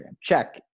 check